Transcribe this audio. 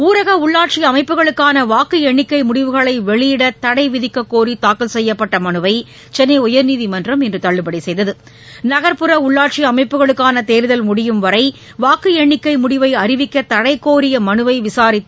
ஊரகஉள்ளாட்சிஅமைப்புகளுக்கானவாக்குஎண்ணிக்கைமுடிவுகளைவெளியிடதடைவிதிக்கக் கோரிகாக்கல் செய்யப்பட்டமனுவைசென்னைஉயா்நீதிமன்றம் இன்றுதள்ளுபடிசெய்தது உள்ளாட்சிஅமைப்புகளுக்கானதேர்தல் நகர்புற முடியும் வரைவாக்குஎண்ணிக்கைமுடிவைஅறிவிக்கதடைகோரியமனுவைவிசாரித்த